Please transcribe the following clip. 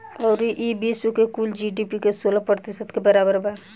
अउरी ई विश्व के कुल जी.डी.पी के सोलह प्रतिशत के बराबर बा